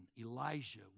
Elijah